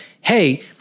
hey